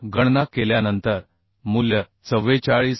तर गणना केल्यानंतर मूल्य 44